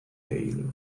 pail